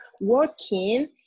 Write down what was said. working